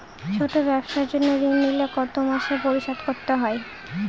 ছোট ব্যবসার জন্য ঋণ নিলে কত মাসে পরিশোধ করতে হয়?